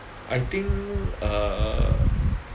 I think err